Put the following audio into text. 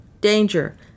Danger